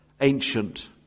ancient